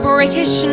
British